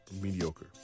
mediocre